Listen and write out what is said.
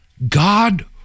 God